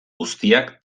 guztiak